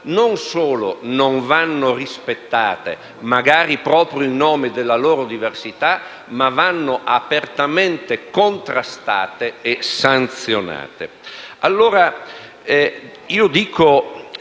non solo non vanno rispettate, magari proprio in nome della loro diversità, ma vanno apertamente contrastate e sanzionate.